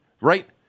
Right